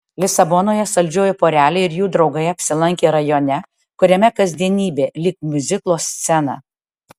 lisabonoje saldžioji porelė ir jų draugai apsilankė rajone kuriame kasdienybė lyg miuziklo scena